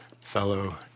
fellow